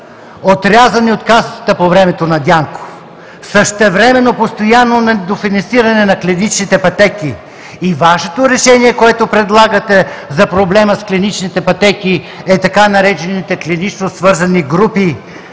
отрязани от Касата по времето на Дянков. Същевременно постоянно недофинансиране на клиничните пътеки и Вашето решение, което предлагате за проблема с клиничните пътеки, са така наречените „клинично свързани групи“,